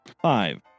Five